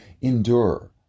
endure